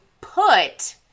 put